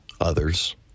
Others